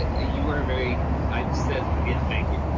ah you are a very i've said yeah, thank you.